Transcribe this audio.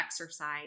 exercise